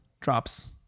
drops